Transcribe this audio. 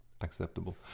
acceptable